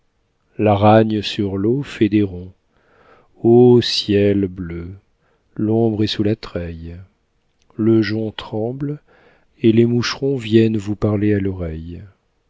orties l'aragne sur l'eau fait des ronds ô ciel bleu l'ombre est sous la treille le jonc tremble et les moucherons viennent vous parler à l'oreille